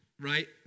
right